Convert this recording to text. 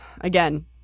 Again